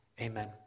Amen